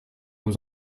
vous